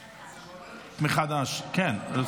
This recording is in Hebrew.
כן.